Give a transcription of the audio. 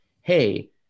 Hey